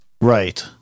right